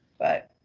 but